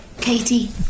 Katie